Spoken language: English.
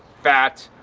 fats,